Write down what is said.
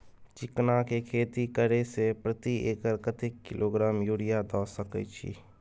चिकना के खेती करे से प्रति एकर कतेक किलोग्राम यूरिया द सके छी?